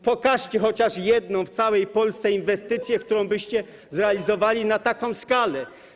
Pokażcie chociaż jedną w całej Polsce inwestycję, którą zrealizowaliście na taką skalę.